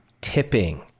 tipping